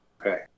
Okay